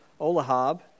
Olahab